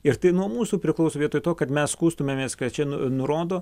ir tai nuo mūsų priklauso vietoj to kad mes skųstumėmės kad čia nurodo